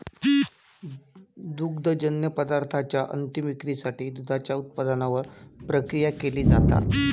दुग्धजन्य पदार्थांच्या अंतीम विक्रीसाठी दुधाच्या उत्पादनावर प्रक्रिया केली जाता